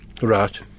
Right